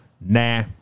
nah